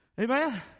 Amen